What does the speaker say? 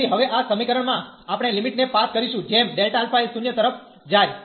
તેથી હવે આ સમીકરણ માંઆપણે લિમિટ ને પાસ કરશુ જેમ Δα એ 0 તરફ જાય